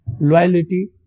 Loyalty